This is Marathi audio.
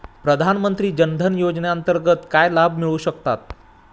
प्रधानमंत्री जनधन योजनेअंतर्गत काय लाभ मिळू शकतात?